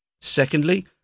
Secondly